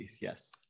Yes